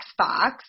Xbox